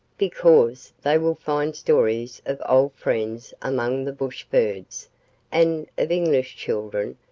because they will find stories of old friends among the bush birds and of english children,